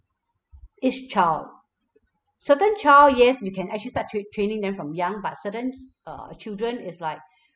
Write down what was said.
each child certain child yes you can actually start tr~ training them from young but certain uh children is like